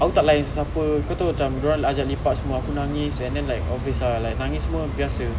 aku tak layan sesiapa kau tahu macam dorang ajak lepak semua aku nangis and then like obvious ah like nangis semua biasa